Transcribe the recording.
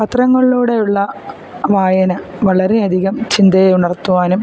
പത്രങ്ങളിലൂടെയുള്ള വായന വളരെയധികം ചിന്തയെ ഉണർത്തുവാനും